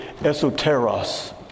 esoteros